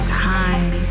time